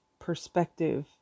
perspective